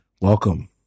welcome